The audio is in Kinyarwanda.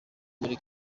muri